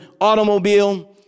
Automobile